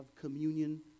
communion